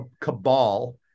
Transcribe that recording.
cabal